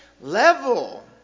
level